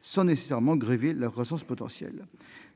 sans nécessairement grever la croissance potentielle.